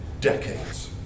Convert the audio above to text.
decades